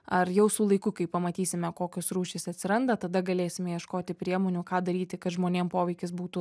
ar jau su laiku kai pamatysime kokios rūšys atsiranda tada galėsime ieškoti priemonių ką daryti kad žmonėm poveikis būtų